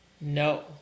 No